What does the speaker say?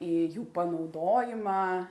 į jų panaudojimą